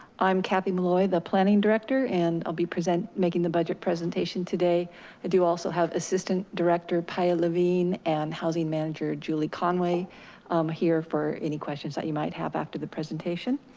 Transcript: i'm kathy molloy, the planning director, and i'll be present making the budget presentation today. i do also have assistant director, paia levine and housing manager, julie conway. i'm here for any questions that you might have after the presentation.